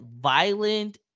violent